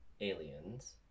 aliens